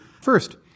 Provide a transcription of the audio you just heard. First